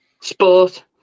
Sport